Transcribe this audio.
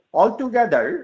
altogether